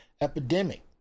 epidemic